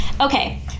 okay